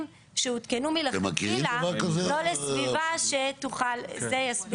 שהותקנו מלכתחילה לא לסביבה שתוכל לתמוך בזה.